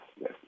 yes